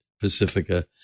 pacifica